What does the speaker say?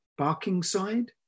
Barkingside